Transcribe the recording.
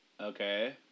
Okay